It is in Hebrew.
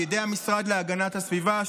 על ידי המשרד להגנת הסביבה,